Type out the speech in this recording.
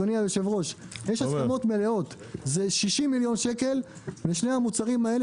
זה 60 מיליון שקל לשני המוצרים האלה